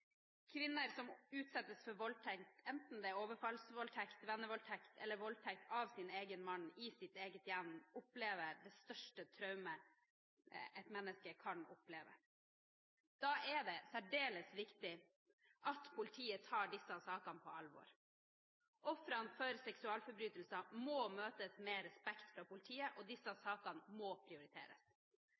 Kvinner som utsettes for voldtekt, enten det er overfallsvoldtekt, vennevoldtekt eller voldtekt fra sin egen mann i sitt eget hjem, opplever det største traumet et menneske kan oppleve. Da er det særdeles viktig at politiet tar disse sakene på alvor. Ofrene for seksualforbrytelser må møtes med respekt fra politiet, og disse sakene må prioriteres.